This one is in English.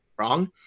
wrong